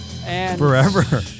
Forever